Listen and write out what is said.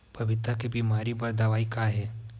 पपीता के बीमारी बर दवाई का हे?